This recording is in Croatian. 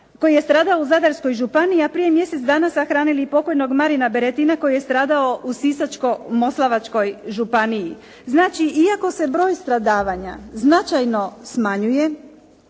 koji je stradao u Zadarskoj županiji, a prije mjesec dana sahranili i pokojnog Marina Beretina koji je stradao u Sisačko-moslavačkoj županiji. Znači iako se broj stradavanja značajno smanjuje,